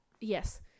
Yes